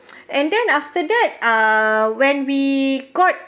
and then after that uh when we got